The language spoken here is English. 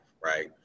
right